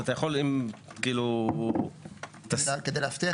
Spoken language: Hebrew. כדי להבטיח